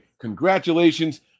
congratulations